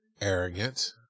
Arrogant